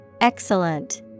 Excellent